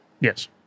Yes